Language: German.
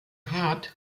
hart